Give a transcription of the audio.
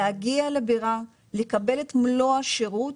להגיע לבירה, לקבל את מלוא השירות